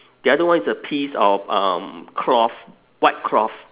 the other one is a piece of um cloth white cloth